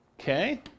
Okay